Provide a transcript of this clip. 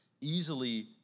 easily